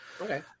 Okay